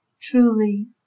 Truly